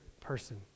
person